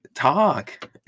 talk